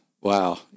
wow